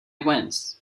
went